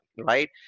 right